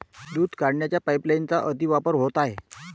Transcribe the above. दूध काढण्याच्या पाइपलाइनचा अतिवापर होत आहे